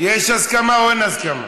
יש הסכמה או אין הסכמה?